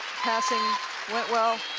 passing went well.